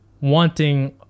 wanting